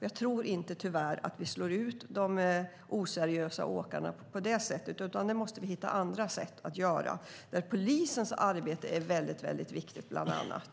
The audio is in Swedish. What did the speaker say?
Jag tror tyvärr inte att vi slår ut de oseriösa åkarna på det sättet. Vi måste hitta andra sätt att göra det. Där är polisens arbete väldigt viktigt, bland annat.